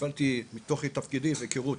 קיבלתי מתוך תפקידי והיכרותי,